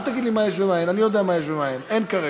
היו מחלקים את זה לעובדים,